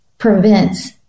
prevents